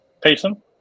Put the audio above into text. Payson